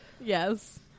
Yes